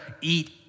eat